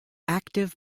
active